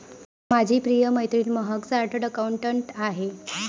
माझी प्रिय मैत्रीण महक चार्टर्ड अकाउंटंट आहे